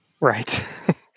right